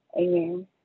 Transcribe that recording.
Amen